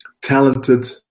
talented